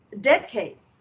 decades